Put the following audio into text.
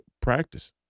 practice